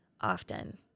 often